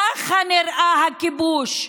ככה נראה הכיבוש.